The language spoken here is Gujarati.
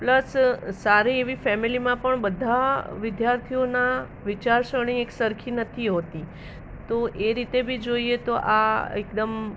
પ્લસ સારી એવી ફેમિલીમાં પણ બધા વિદ્યાર્થીઓના વિચારસરણી એકસરખી નથી હોતી તો એ રીતે બી જોઈએ તો આ એકદમ